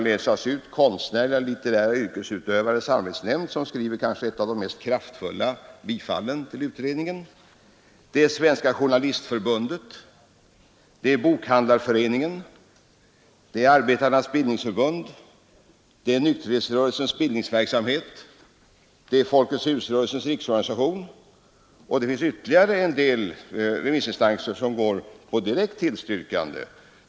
Vidare Konstnärliga litterära yrkesutövares samarbetsnämnd — som kommit med ett av de kraftigaste tillstyrkandena till utredningskravet — Svenska journalistförbundet. Svenska bokhandlareföreningen, Arbetarnas bildningsförbund, Nykterhetsrörelsens bildningsverksamhet, Folkets hus-föreningarnas riksorganisation. Alla dessa och ytterligare en del remissinstanser går på direkt tillstyrkande.